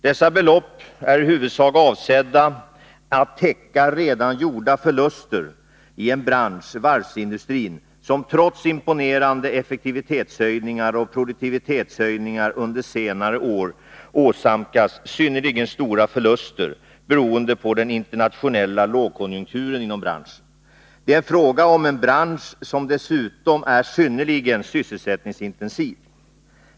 Dessa belopp är i huvudsak avsedda att täcka redan gjorda förluster i en bransch, varvsindustrin, som trots imponerande effektivitetshöjningar och produktivitetshöjningar under senare år åsamkats synnerligen stora förluster, beroende på den internationella lågkonjunkturen inom branschen. Det är fråga om en bransch som dessutom är synnerligen sysselsättningsintensiv.